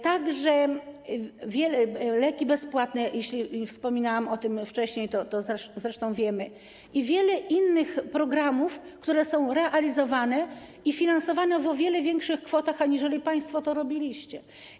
To także bezpłatne leki - wspominałam o tym wcześniej, to zresztą wiemy - i wiele innych programów, które są realizowane i finansowane w o wiele większych kwotach, aniżeli państwo to robiliście.